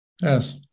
Yes